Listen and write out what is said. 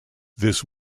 this